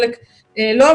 חלק לא.